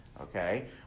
Okay